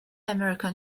american